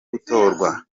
gutorwa